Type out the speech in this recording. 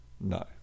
no